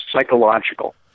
psychological